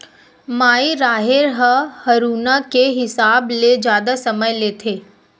माई राहेर ह हरूना के हिसाब ले जादा समय लेथे